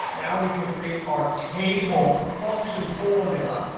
now we can create our table function formula.